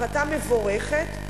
החלטה מבורכת.